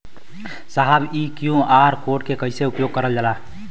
साहब इ QR code के कइसे उपयोग करल जाला?